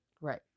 Right